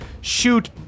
shoot